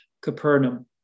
Capernaum